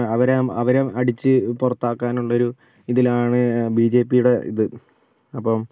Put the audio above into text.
അവരെ അവർ അടിച്ച് പുറത്താക്കാനുള്ളൊരു ഇതിലാണ് ബി ജെ പിയുടെ ഇത് അപ്പം